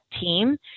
team